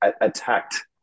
attacked